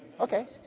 Okay